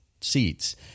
seats